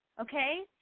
okay